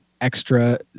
extra